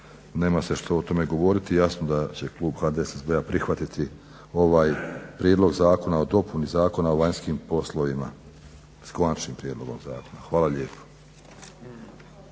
nema se što o tome govoriti i jasno da će klub HDSSB-a prihvatiti ovaj prijedlog zakona o dopuni Zakona o vanjskim poslovima s Konačnim prijedlogom zakona. Hvala lijepo.